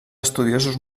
estudiosos